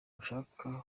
nshaka